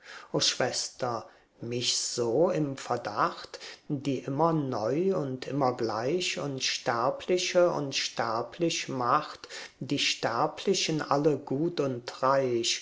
schwester mich so im verdacht die immer neu und immer gleich unsterbliche unsterblich macht die sterblichen alle gut und reich